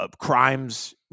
crimes